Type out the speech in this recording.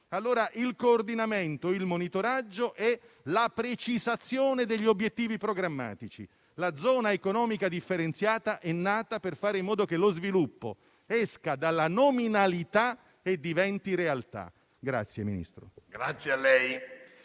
il coordinamento, il monitoraggio e la precisazione degli obiettivi programmatici. La zona economica differenziata è nata per fare in modo che lo sviluppo esca dalla nominalità e diventi realtà.